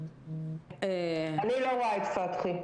הוא